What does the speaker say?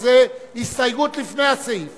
וזה הסתייגות לפני הסעיף